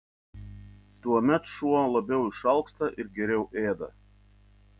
tuomet šuo labiau išalksta ir geriau ėda